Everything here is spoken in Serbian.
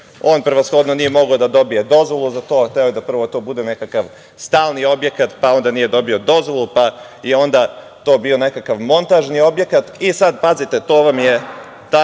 on prevashodno nije mogao da dobije dozvolu za to, jer je to hteo da bude nekakav stalni objekat, pa onda nije dobio dozvolu, pa je onda to bio montažni objekat i sada, pazite, to vam je